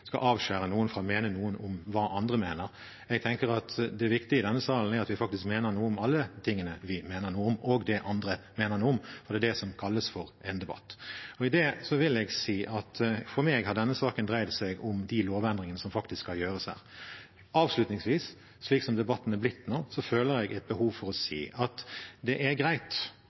skal avskjære noen fra å mene noe om hva andre mener. Jeg tenker at det viktige i denne salen er at vi faktisk mener noe om alle tingene vi mener noe om, og det andre mener noe om. Det er det som kalles en debatt. Med det vil jeg si at for meg har denne saken dreid seg om de lovendringene som faktisk skal gjøres her. Avslutningsvis, slik som debatten er blitt nå, føler jeg et behov for å si at det er greit